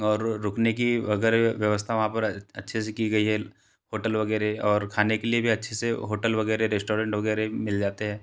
और रुकने की अगर व्यवस्था वहाँ पर अच्छे से की गई है होटल वगैरह और खाने के लिए भी अच्छे से होटल वगैरह रेश्टोरेंट वगैरह मिल जाते हैं